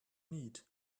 need